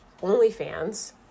OnlyFans